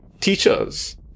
teachers